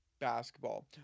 basketball